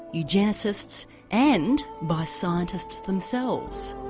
eugenicists and by scientists themselves.